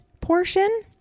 portion